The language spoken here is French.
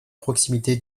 proximité